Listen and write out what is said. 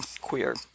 queer